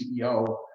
CEO